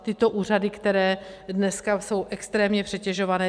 Tyto úřady, které dneska jsou extrémně přetěžované.